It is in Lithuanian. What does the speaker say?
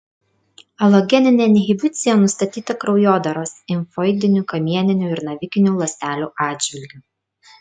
alogeninė inhibicija nustatyta kraujodaros limfoidinių kamieninių ir navikinių ląstelių atžvilgiu